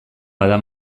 bada